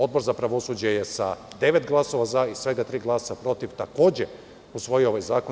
Odbor za pravosuđe je sa devet glasova za i svega tri glasa protiv takođe usvojio ovaj zakon.